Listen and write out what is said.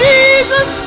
Jesus